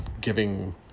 giving